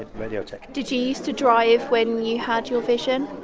radio tech. did you used to drive when you had your vision?